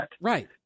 right